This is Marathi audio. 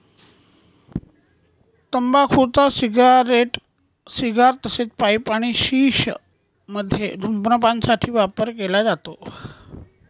तंबाखूचा सिगारेट, सिगार तसेच पाईप आणि शिश मध्ये धूम्रपान साठी वापर केला जातो